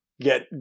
get